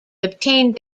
obtained